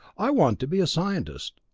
i want to be a scientist,